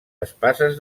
espases